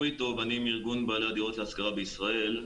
אני מארגון בעלי הדירות להשכרה בישראל.